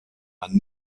man